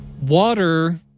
Water